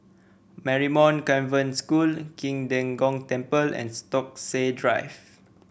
Marymount Convent School Qing De Gong Temple and Stokesay Drive